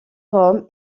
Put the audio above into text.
rome